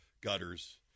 gutters